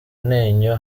ntenyo